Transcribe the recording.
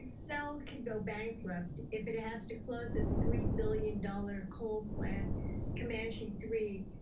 so could go bankrupt if it has to close this three billion dollars coal plant comanche three,